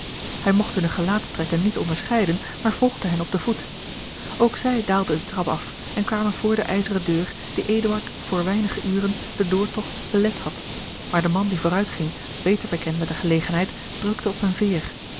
hij mogt hunne gelaatstrekken niet onderscheiden maar volgde hen op den voet ook zij daalden den trap af en kwamen voor de ijzeren deur die eduard voor weinige uren den doortogt belet had maar de man die vooruitging beter bekend met de gelegenheid drukte op eene veer